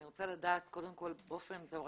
אני רוצה לדעת קודם כול באופן תיאורטי,